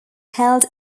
held